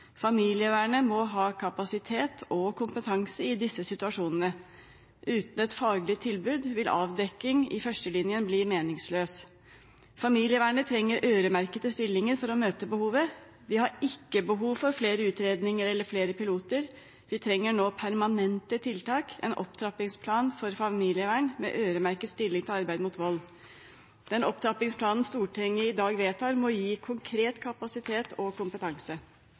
Familievernet må ha kapasitet og kompetanse i disse situasjonene. Uten et faglig tilbud vil avdekking i førstelinjen bli meningsløst. Familievernet trenger øremerkede stillinger for å møte behovet. Vi har ikke behov for flere utredninger eller flere piloter. Vi trenger nå permanente tiltak, en opptrappingsplan for familievern, med øremerkede stillinger til arbeid mot vold. Den opptrappingsplanen Stortinget i dag vedtar, må gi konkret kapasitet og kompetanse.